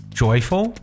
joyful